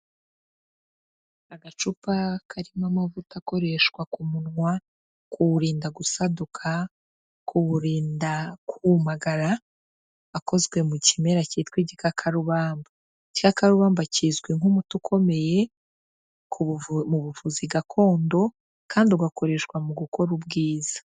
Agacupa karimo amavuta akoreshwa ku munwa, kuwurinda gusaduka, kuwurinda kumagara, akozwe mu kimera cyitwa igikakarubamba, igikakarubamba kizwi nk'umuti ukomeye mu buvuzi gakondo, kandi ugakoreshwa mu gukora ubwiza.